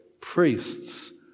priests